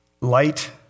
light